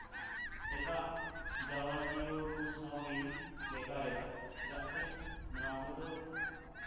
ᱮᱴᱟᱜ ᱡᱟᱣᱨᱟᱠᱤᱭᱟᱹ ᱠᱚ ᱥᱟᱶᱜᱤᱧ ᱵᱮᱯᱟᱨᱮᱫᱟ ᱪᱮᱫᱟᱜ ᱥᱮ ᱱᱚᱣᱟ ᱠᱚᱫᱚ